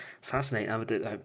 Fascinating